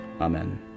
Amen